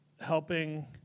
helping